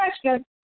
question